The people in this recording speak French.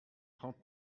trente